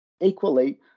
Equally